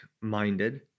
minded